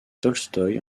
tolstoï